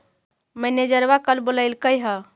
मैनेजरवा कल बोलैलके है?